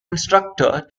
instructor